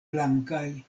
blankaj